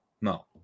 no